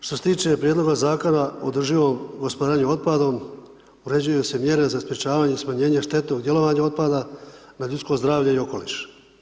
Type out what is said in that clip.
Što se tiče prijedloga Zakona održivog gospodarenje otpadom, uređuju se mjere za sprječavanjem, smanjenje štete u djelovanju otpada, na ljudsko zdravlje i okoliš.